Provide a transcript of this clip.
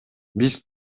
биз